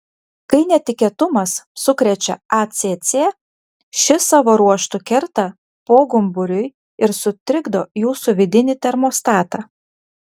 kai netikėtumas sukrečia acc ši savo ruožtu kerta pogumburiui ir sutrikdo jūsų vidinį termostatą